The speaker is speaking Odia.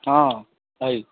ହଁ ଭାଇ